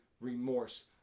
remorse